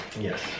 Yes